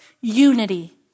unity